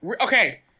Okay